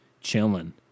chilling